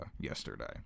yesterday